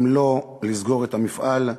אם לא לסגור, את המפעל,